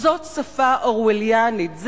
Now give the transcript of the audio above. זאת שפה אורווליאנית,